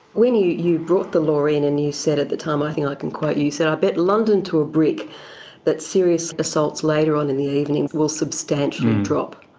when you you bought the law in and you said at the time, i think i can quote you, you said, i bet london to a brick that serious assaults later on in the evening will substantially drop.